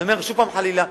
אני אומר שוב חלילה,